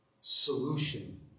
solution